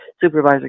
supervisor